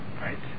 right